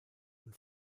und